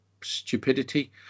stupidity